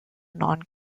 non